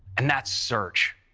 and that's search.